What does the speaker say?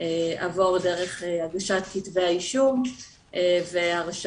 עבור דרך הגשת כתבי האישום וההרשעות,